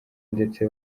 ndetse